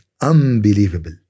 unbelievable